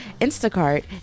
Instacart